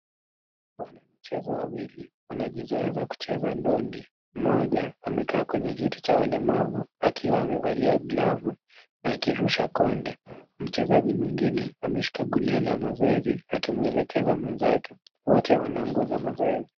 Wanamichezo wawili, wanajizoesha kucheza ndondi. Mmoja, amekaa kwenye kiti cha walemavu, akiwa amevalia glavu, na akirusha konde. Mchezaji mwingine, ameshika gunia la mazoezi, akimwelekeza mwenzake. Wote wana nguo za mazoezi.